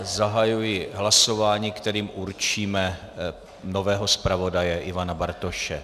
Zahajuji hlasování, kterým určíme nového zpravodaje Ivana Bartoše.